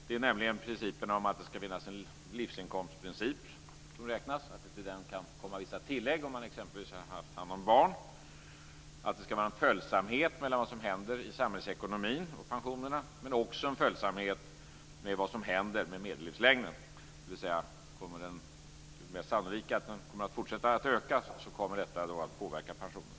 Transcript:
Det är nämligen principen att det skall finnas en livsinkomst som räknas, att det kan tillkomma vissa tillägg om man exempelvis har haft hand om barn, att det skall vara en följsamhet mellan vad som händer i samhällsekonomin och pensionerna, men också en följsamhet efter vad som händer med medellivslängden, dvs. om det är mer sannolikt att den kommer att fortsätta att öka kommer detta att påverka pensionen.